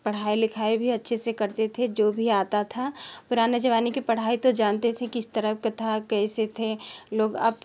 पढ़ाई लिखाई भी अच्छे से करते थे जो भी आता था पुराने जमाने कि पढ़ाई तो जानते थे किस तरह का था कैसे थे लोग अब